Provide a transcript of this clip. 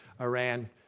Iran